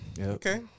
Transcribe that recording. Okay